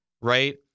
Right